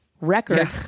record